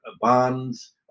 bonds